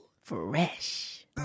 fresh